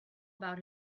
about